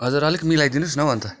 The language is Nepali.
हजुर अलिक मिलाइ दिनुहोस् न हौ अन्त